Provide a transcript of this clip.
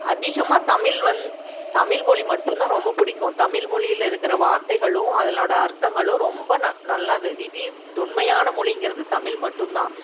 அதிகமாக தமிழ் வந் தமிழ் மொழி மட்டும் தான் ரொம்ப பிடிக்கும் தமிழ் மொழியில் இருக்கிற வார்த்தைகளும் அதுனோட அர்த்தங்களும் ரொம்ப ந நல்லது திடீர்னு தொன்மையான மொழிங்கிறது தமிழ் மட்டுந்தான்